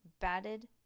batted